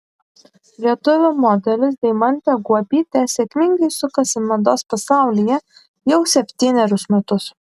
lietuvių modelis deimantė guobytė sėkmingai sukasi mados pasaulyje jau septynerius metus